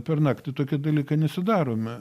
per naktį tokie dalykai nesidarome